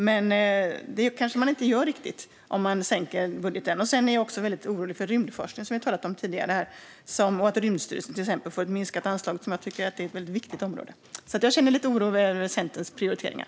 Men det kanske man inte riktigt gör om man minskar anslagen. Jag är också väldigt orolig för rymdforskningen, som vi har talat om tidigare här. Till exempel får Rymdstyrelsen ett minskat anslag. Jag tycker att det är ett väldigt viktigt område. Jag känner lite oro över Centerns prioriteringar.